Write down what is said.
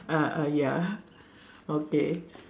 ah ah ya okay